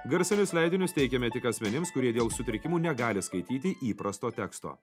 garsinius leidinius teikiame tik asmenims kurie dėl sutrikimų negali skaityti įprasto teksto